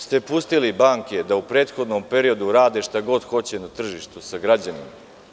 Zato što ste pustili banke da u prethodnom periodu rade šta god hoće na tržištu, sa građanima.